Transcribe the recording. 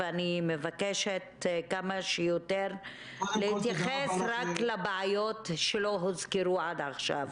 אני מבקשת כמה שיותר להתייחס רק לבעיות שלא הוזכרו עד עכשיו.